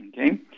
okay